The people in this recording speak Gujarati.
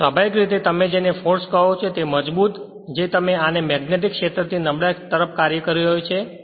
તેથી સ્વાભાવિક રીતે તમે જેને ફોર્સ કહો છો તે મજબૂત જે તમે આને મેગ્નેટીક ક્ષેત્રથી નબળા તરફ કાર્ય કરી રહ્યું છે